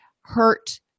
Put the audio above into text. hurt